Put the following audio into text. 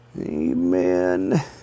amen